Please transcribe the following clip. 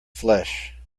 flesh